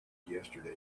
yesterday